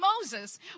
Moses